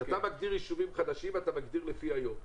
כשאתה מגדיר ישובים חדשים, אתה מגדיר לפי היום.